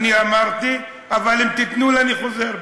אני אמרתי, אבל אם תיתנו לי אני חוזר בי.